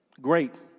Great